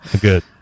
good